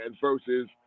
versus